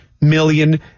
million